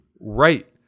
Right